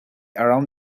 around